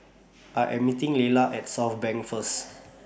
I Am meeting Leila At Southbank First